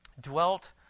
dwelt